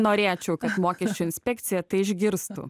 norėčiau kad mokesčių inspekcija tai išgirstų